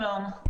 שלום.